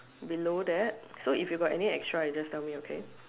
below that so if you got any extra you just tell me okay